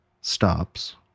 stops